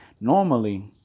Normally